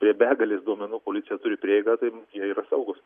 prie begalės duomenų policija turi prieigą tai jie yra saugūs